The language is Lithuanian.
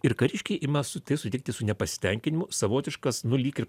ir kariškiai ima tai sutikti su nepasitenkinimu savotiškas nu lyg ir